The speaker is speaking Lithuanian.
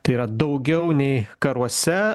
tai yra daugiau nei karuose